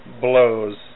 blows